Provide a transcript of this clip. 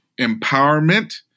Empowerment